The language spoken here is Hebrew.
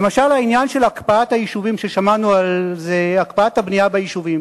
למשל העניין של הקפאת הבנייה ביישובים,